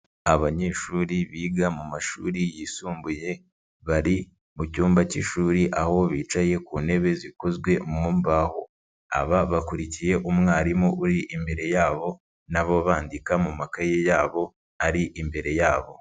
Abanyeshuri biga mu mashuri yisumbuye bari mu cyumba cy'ishuri aho bicaye ku ntebe zikozwe mu mbaho, aba bakurikiye umwarimu uri imbere yabo na bo bandika mu makaye yabo ari imbere yabo.